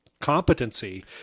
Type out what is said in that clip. competency